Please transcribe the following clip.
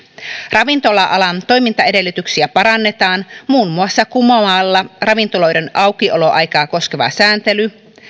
ravintola alan toimintaedellytyksiä parannetaan muun muassa kumoamalla ravintoloiden aukioloaikaa koskeva sääntely